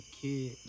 kid